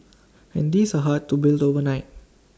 and these are hard to build overnight